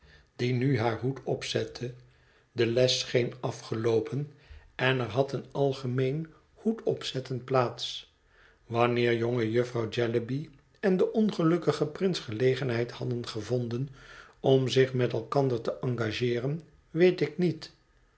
die nu haar hoed opzette de les scheen afgeloopen en er had een algemeen hoedopzetten plaats wanneer jonge jufvrouw jellyby en de ongelukkige prince gelegenheid hadden gevonden om zich met elkander te engageeren weet ik niet